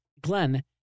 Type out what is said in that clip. Glenn